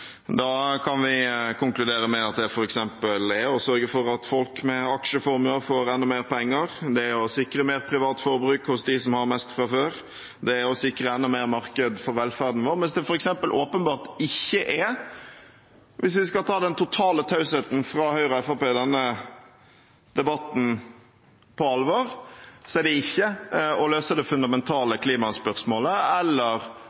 Da kan vi konkludere med at det f.eks. er å sørge for at folk med aksjeformuer får enda mer penger, det er å sikre mer privat forbruk hos dem som har mest fra før, og det er å sikre enda mer marked for velferden vår, mens det f.eks. åpenbart ikke – hvis vi skal ta den totale tausheten fra Høyre og Fremskrittspartiet i denne debatten på alvor – er å løse det fundamentale klimaspørsmålet, eller